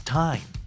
time